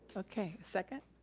okay, second?